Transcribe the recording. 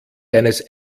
deines